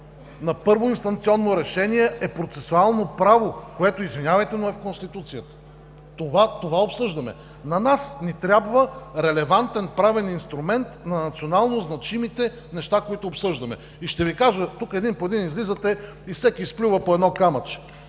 на първоинстанционно решение е процесуално право, което, извинявайте, но е в Конституцията. Това обсъждаме. На нас ни трябва релевантен правен инструмент на национално значимите неща, които обсъждаме. И ще Ви кажа, тук един по един излизате и всеки изплюва по едно камъче